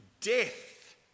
death